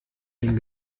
den